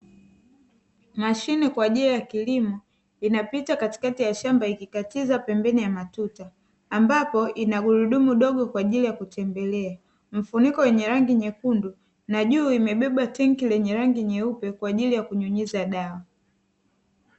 Mashine kwa ajili ya kilimo, inapita katikati ya shamba ikikatiza pembeni ya matuta, ambapo ina gurudumu dogo kwa ajili ya kutembelea, mfuniko wenye rangi nyekundu na juu imebeba tanki lenye rangi nyekundu kwa ajili ya kunyunyiza dawa.